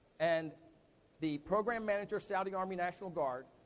and the program manager saudi army national guard,